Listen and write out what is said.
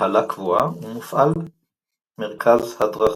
מינהלה קבועה ומופעל מרכז הדרכה.